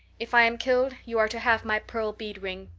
if i am killed you are to have my pearl bead ring.